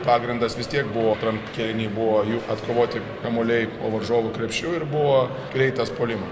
pagrindas vis tiek buvo antram kėliny buvo jų atkovoti kamuoliai po varžovų krepšiu ir buvo greitas puolimas